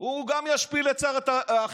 הוא גם ישפיל את שר החינוך,